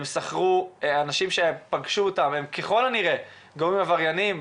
אנשים שנפגשו אותם ככל הנראה גורמים עבריינים.